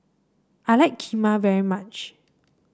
I like Kheema very much